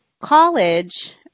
college